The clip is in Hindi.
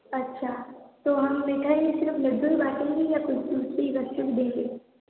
अच्छा तो हम मिठाई में सिर्फ़ लड्डु ही बाटेंगे या कुछ दूसरी बच्चों को देंगे